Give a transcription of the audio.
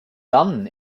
dann